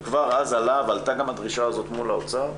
וכבר אז עלה ועלתה גם הדרישה הזאת מול האוצר,